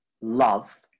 love